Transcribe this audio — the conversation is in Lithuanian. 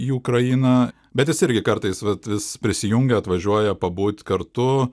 į ukrainą bet jis irgi kartais vat vis prisijungia atvažiuoja pabūt kartu